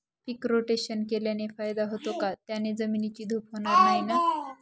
पीक rotation केल्याने फायदा होतो का? त्याने जमिनीची धूप होणार नाही ना?